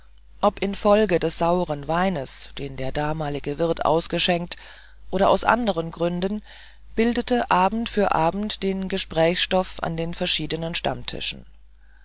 ob infolge des saueren weines den der damalige wirt ausschenkte oder aus anderen gründen bildete abend für abend den gesprächsstoff an den verschiedenen stammtischen